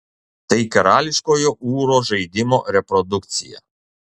tai karališkojo ūro žaidimo reprodukcija